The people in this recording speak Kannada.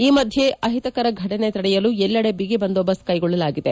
ಈ ಮಧ್ಯೆ ಅಹಿತಕರ ಫಟನೆ ತಡೆಯಲು ಎಲ್ಲೆಡೆ ಬಿಗಿ ಬಂದೋಬಸ್ತ್ ಕೈಗೊಳ್ಳಲಾಗಿದೆ